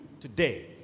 today